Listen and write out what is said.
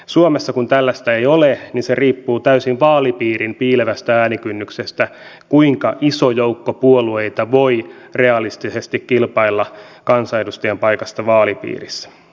suomessa kun tällaista ei ole riippuu täysin vaalipiirin piilevästä äänikynnyksestä kuinka iso joukko puolueita voi realistisesti kilpailla kansanedustajan paikasta vaalipiirissä